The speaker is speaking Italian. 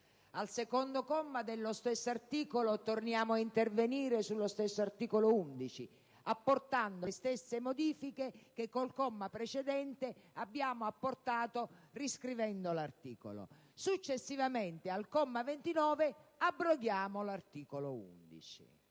al comma 5 dello stesso articolo, torniamo ad intervenire sullo stesso comma 11, apportando le stesse modifiche che con il comma precedente abbiamo apportato riscrivendo l'articolo; successivamente, all'articolo 29, abroghiamo lo stesso